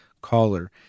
caller